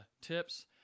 tips